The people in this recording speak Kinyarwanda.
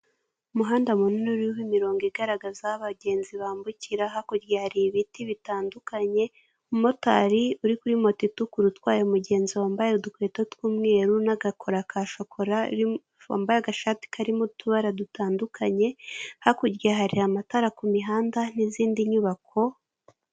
Umuhanda munini urimo imirongo igaragaza abagenzi bambukira hakurya hari ibiti bitandukanye umumotari uri kuri moto itukura utwaye umugenzi wambaye udukweto tw'umweru n'agakora ka shokora yambaye agashati karimo utubara dutandukanye hakurya hari amatara ku mihanda n'izindi nyubako .